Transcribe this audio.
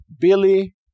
Billy